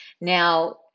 Now